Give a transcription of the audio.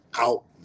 out